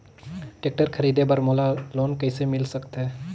Tractor खरीदे बर मोला लोन कइसे मिल सकथे?